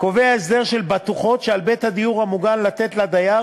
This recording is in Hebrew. קובע הסדר של בטוחות שעל בית הדיור המוגן לתת לדייר